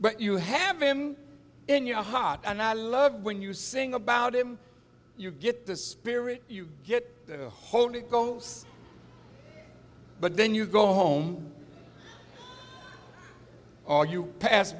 but you have him in your heart and i love when you sing about him you get the spirit you get a hold it goes but then you go home or you pass